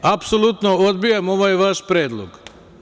Apsolutno odbijam ovaj vaš predlog.